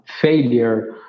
failure